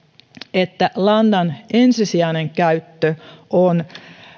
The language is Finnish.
että lannan ensisijainen käyttö on